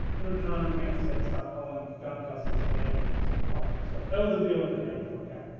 in return, francis had to stop calling john custis bad names in public. so that was the deal that they had to work out.